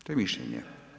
To je mišljenje.